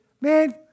man